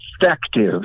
effective